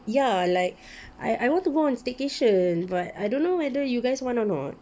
ya like I I want to go on staycation but I don't know whether you guys want or not